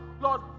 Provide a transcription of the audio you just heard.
Lord